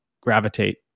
gravitate